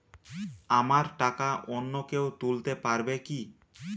আমার টাকা অন্য কেউ তুলতে পারবে কি?